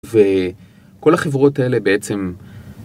וכל החברות האלה בעצם...